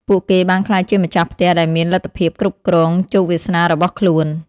ពួកគេបានក្លាយជាម្ចាស់ផ្ទះដែលមានលទ្ធភាពគ្រប់គ្រងជោគវាសនារបស់ខ្លួន។